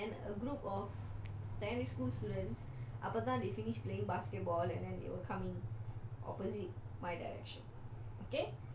err நான் வந்து:naan vanthu I was riding and then a group of secondary school students அப்போ தான்:appo thaan they finish playing basketball and then they were coming